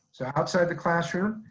so outside the classroom,